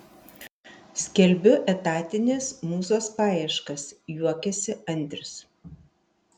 skelbiu etatinės mūzos paieškas juokiasi andrius